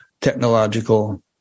technological